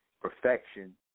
perfection